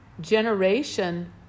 generation